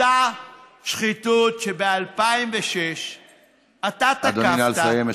אותה שחיתות שב-2006 אתה תקפת, אדוני, נא לסיים.